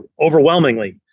Overwhelmingly